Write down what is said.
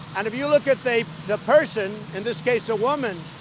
and if you look at they the person, in this case a woman,